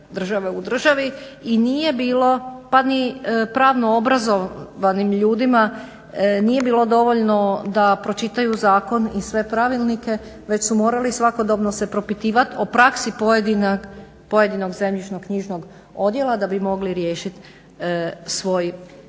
i nije bilo pa ni pravno obrazovanim ljudima nije bilo dovoljno da pročitaju zakon i sve pravilnike već su morali svakodobno se propitivati o praksi pojedinog zemljišno-knjižnog odjela da bi mogli riješit svoj predmet.